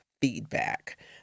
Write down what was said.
feedback